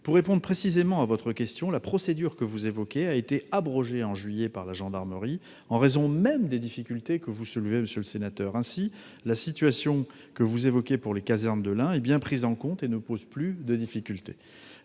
Pour répondre précisément à votre question, la procédure que vous évoquez a été abrogée en juillet dernier par la gendarmerie en raison même des difficultés que vous soulevez. Ainsi, la situation que vous évoquez pour les casernes de l'Ain est bien prise en compte et ne pose plus de difficulté.